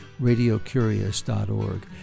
RadioCurious.org